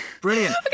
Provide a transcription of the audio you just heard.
brilliant